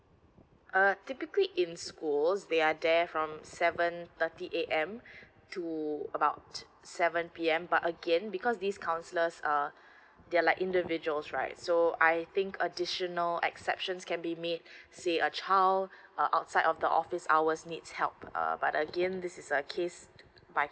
err typically in schools they are there from seven thirty A_M to about seven P_M but again because this counsellors err they're like individuals right so I think additional exceptions can be made say a child uh outside of the office hours needs help uh but again this is a case by